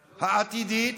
העתידית,